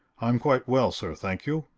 i am quite well, sir, thank you,